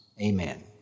amen